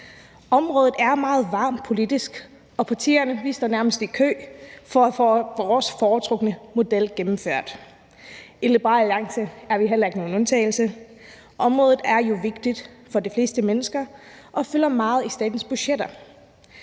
Området er meget varmt politisk, og partierne står nærmest i kø for at få vores foretrukne model gennemført. I Liberal Alliance er vi heller ikke nogen undtagelse. Området er jo vigtigt for de fleste mennesker og fylder meget i statens budgetter.